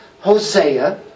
Hosea